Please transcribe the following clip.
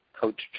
coach